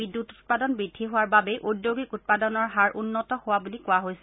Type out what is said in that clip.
বিদ্যুৎ উৎপাদন বৃদ্ধি পোৱাৰ বাবেই ওদ্যোগিক উৎপাদনৰ হাৰ উন্নত হোৱা বুলি কোৱা হৈছে